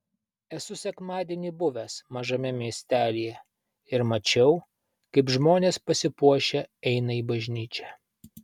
esu sekmadienį buvęs mažame miestelyje ir mačiau kaip žmonės pasipuošę eina į bažnyčią